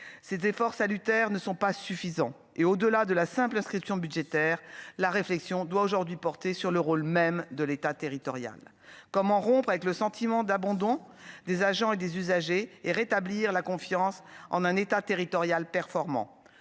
cet effort salutaire ne sont pas suffisants et au-delà de la simple inscription budgétaire, la réflexion doit aujourd'hui porter sur le rôle même de l'État territorial comment rompre avec le sentiment d'abandon des agents et des usagers et rétablir la confiance en un État territorial performant,